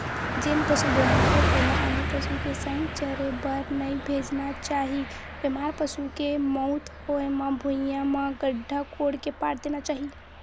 जेन पसु बेमार हे ओला आने पसु के संघ चरे बर नइ भेजना चाही, बेमार पसु के मउत होय म भुइँया म गड्ढ़ा कोड़ के पाट देना चाही